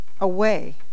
away